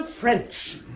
French